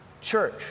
church